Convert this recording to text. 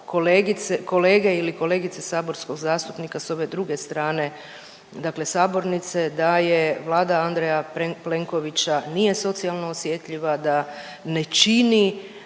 kolege ili kolegice saborskog zastupnika sa ove druge strane, dakle sabornice da je Vlada Andreja Plenkovića nije socijalno osjetljiva, da ne čini